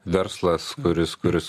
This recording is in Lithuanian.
verslas kuris kuris